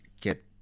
get